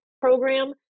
program